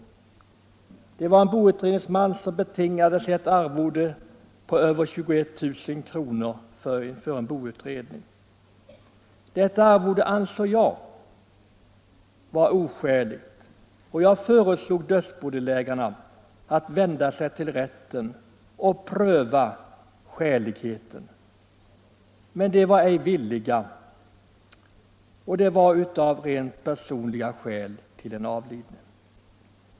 Det var 5 mars 1975 en boutredningsman som betingade sig ett arvode på över 21 000 kr. för en boutredning. Detta arvode ansåg jag vara oskäligt, och jag föreslog — Granskningsmyndödsbodelägarna att vända sig till rätten för att den skulle pröva skälig — dighet för boutredheten, men de var ej villiga därtill av rent personliga skäl med hänsyn = ningsmannaarvode till den avlidne.